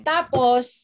Tapos